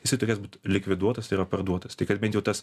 jisai turės būt likviduotas yra parduotas tik kad bent jau tas